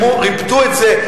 ריפדו את זה.